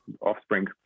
offspring